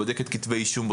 בודקת כתבי אישום,